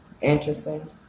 Interesting